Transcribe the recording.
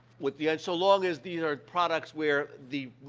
with the and so long as the, ah, products where the